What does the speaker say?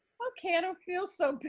okay, i don't feel so bad.